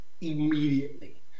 immediately